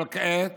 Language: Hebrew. אבל כעת